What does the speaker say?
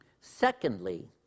Secondly